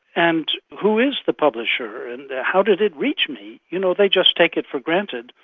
and who is the publisher, and how did it reach me? you know they just take it for granted,